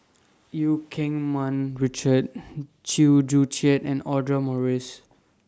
EU Keng Mun Richard Chew Joo Chiat and Audra Morrice